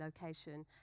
location